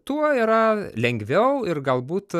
tuo yra lengviau ir galbūt